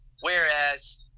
Whereas